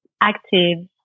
active